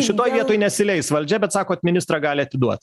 šitoj vietoj nesileis valdžia bet sakot ministrą gali atiduot